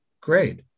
Great